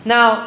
Now